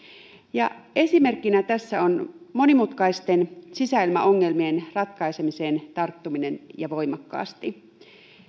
esimerkkinä tästä on monimutkaisten sisäilmaongelmien ratkaisemiseen tarttuminen voimakkaasti